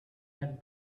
had